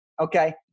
okay